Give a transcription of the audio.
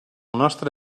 nostre